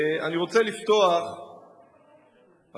לא מספיק חמור הציגו את זה.